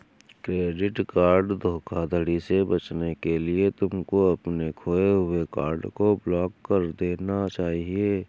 credit card धोखाधड़ी से बचने के लिए तुमको अपने खोए हुए कार्ड को ब्लॉक करा देना चाहिए